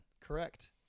Correct